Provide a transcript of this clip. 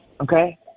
Okay